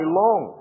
long